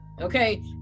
Okay